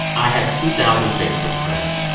i have two thousand facebook friends.